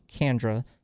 Kandra